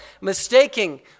mistaking